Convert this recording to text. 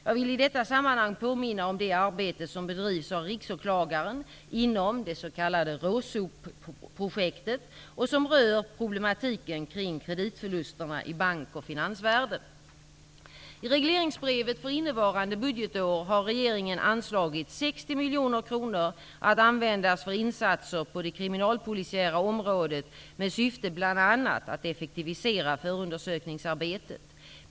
Jag vill i detta sammanhang påminna om det arbete som bedrivs av Riksåklagaren inom det s.k. RÅSOP-projektet som rör problematiken kring kreditförlusterna i bank och finansvärlden. I regleringsbrevet för innevarande budgetår har regeringen anslagit 60 miljoner kronor att användas för insatser på det kriminalpolisiära området med syfte bl.a. att effektivisera förundersökningsarbetet.